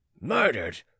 Murdered